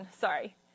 sorry